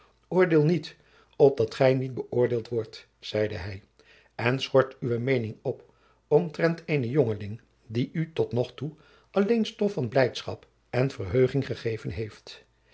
oordeel niet opdat gij niet gëoordeeld wordt zeide hij en schort uwe meening op omtrent eenen jongeling die u tot nog toe alleen stof van blijdschap en verheuging gegeven heeft